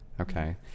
okay